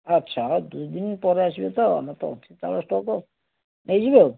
ଆଚ୍ଛା ଆଉ ଦୁଇଦିନ ପରେ ଆସିବେ ତ ଆମର ତ ଅଛି ଚାଉଳ ଷ୍ଟକ୍ ନେଇଯିବେ ଆଉ